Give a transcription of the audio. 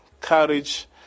courage